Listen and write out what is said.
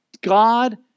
God